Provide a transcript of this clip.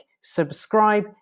subscribe